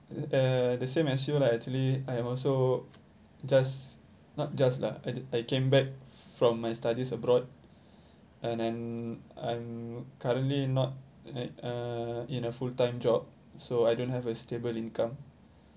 uh the same as you lah actually I'm also just not just lah I I came back from my studies abroad and I'm I'm currently not like uh in a full time job so I don't have a stable income